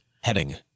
Heading